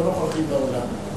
לא נוכחים באולם,